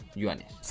yuanes